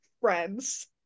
friends